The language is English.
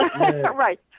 Right